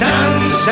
Dance